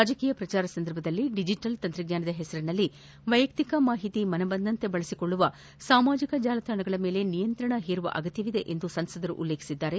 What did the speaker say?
ರಾಜಕೀಯ ಪ್ರಚಾರ ಸಂದರ್ಭದಲ್ಲಿ ಡಿಜಿಟಲ್ ತಂತ್ರಜ್ಞಾನದ ಹೆಸರಿನಲ್ಲಿ ವೈಯಕ್ತಿಕ ಮಾಹಿತಿಯನ್ನು ಮನಬಂದಂತೆ ಬಳಸಿಕೊಳ್ಳುವ ಸಾಮಾಜಿಕ ಜಾಲತಾಣಗಳ ಮೇಲೆ ನಿಯಂತ್ರಣ ತರುವ ಅಗತ್ಯವಿದೆ ಎಂದು ಸಂಸದರು ಉಲ್ಲೇಖಿಸಿದ್ದಾರೆ